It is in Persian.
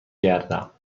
گردم